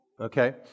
Okay